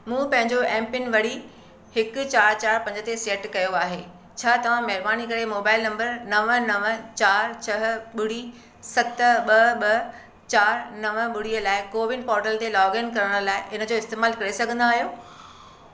मूं पंहिंजो M PIN वरी हिकु चार चार पंज ते सेट कयो आहे छा तव्हां महिरबानी करे मोबाइल नंबर नव नव चार छह ॿुड़ी सत ॿ ॿ चार नव ॿुड़ीअ लाइ कोविन पोर्टल ते लॉगइन करण लाइ इन जो इस्तेमालु करे सघंदा आहियो